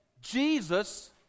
Jesus